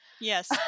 Yes